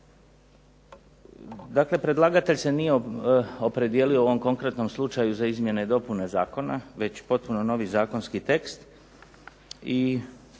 Dakle, predlagatelj se nije opredijelio u ovom konkretnom slučaju za izmjene i dopune zakona, već potpuno novi zakonski tekst